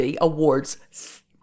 awards